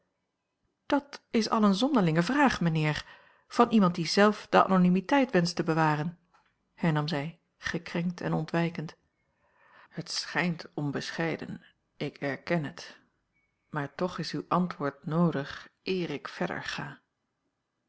dat is al eene zonderlinge vraag mijnheer van iemand die zelf de anonymiteit wenscht te bewaren hernam zij gekrenkt en ontwijkend het schijnt onbescheiden ik erken het maar toch is uw antwoord noodig eer ik verder ga